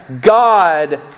God